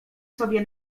sobie